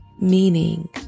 meaning